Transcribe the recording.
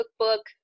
cookbook